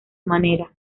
manera